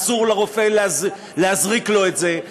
אסור לרופא להזריק לו את זה,